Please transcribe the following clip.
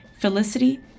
felicity